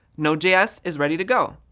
node js is ready to go.